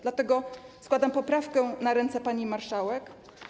Dlatego składam poprawkę na ręce pani marszałek.